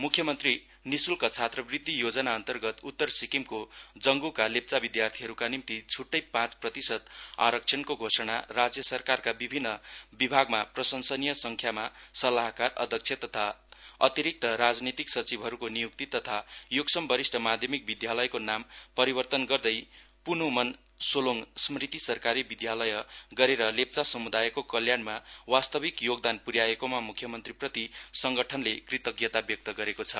मुख्यमन्त्री निशुल्क छात्रवृत्ति योजना अन्तर्गत उत्तर सिक्किमको जङ्गुका लेप्चा विद्यार्थीहरूका निम्ति छुट्टै पाँच प्रतिशत आरक्षणको घोषणा राज्य सरकारका विभिन्न विभागमा प्रशंसानिय संख्यामा सल्लाहकार अध्यक्ष तथा अतिरिक्त राजनीतिक सचिवहरूको नियुक्ति तथा योक्सम वरिष्ठ माध्यमिक विद्यालयके नाम परिवर्तन गर्दै पुनु मन सोलोङ स्मृति साकारी विद्यालय गरेर लेप्चा समुदायको कल्याणमा वास्तविक योदान पुर्याएकोमा मुख्यमन्त्रीप्रति संगठनले कृतज्ञता व्यक्त गरेको छ